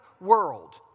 world